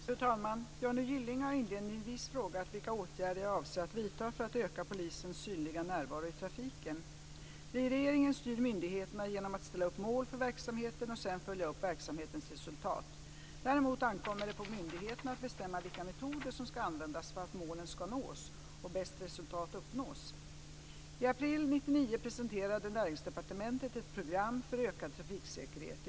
Fru talman! Johnny Gylling har inledningsvis frågat vilka åtgärder jag avser att vidta för att öka polisens synliga närvaro i trafiken. Regeringen styr myndigheterna genom att ställa upp mål för verksamheten och sedan följa upp verksamhetens resultat. Däremot ankommer det på myndigheterna att bestämma vilka metoder som ska användas för att målen ska nås och bäst resultat uppnås. I april 1999 presenterade Näringsdepartementet ett program för ökad trafiksäkerhet.